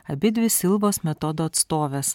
abidvi silvos metodo atstovės